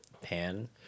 pan